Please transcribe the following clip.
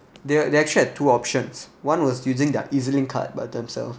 they are they actually had two options one was using their E_Z_link card by themselves